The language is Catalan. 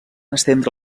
estendre